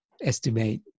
estimate